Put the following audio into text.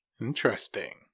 Interesting